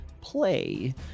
play